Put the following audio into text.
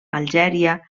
algèria